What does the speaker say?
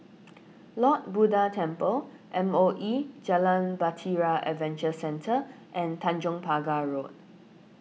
Lord Buddha Temple M O E Jalan Bahtera Adventure Centre and Tanjong Pagar Road